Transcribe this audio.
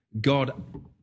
God